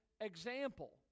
example